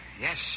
Yes